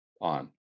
on